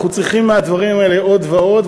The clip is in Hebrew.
אנחנו צריכים מהדברים האלה עוד ועוד,